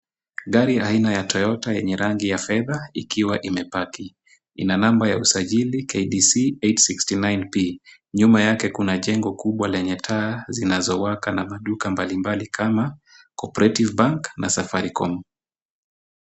Gari aina ya Toyota yenye rangi ya fedha ikiwa imepaki. Ina namba ya usajili KDC 869P. Nyuma yake kuna jengo kubwa lenye taa zinazowaka na duka mbali mbali kama vile Cooperative bank na Safaricom.